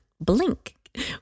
blink